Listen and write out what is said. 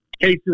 cases